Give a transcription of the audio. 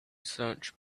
search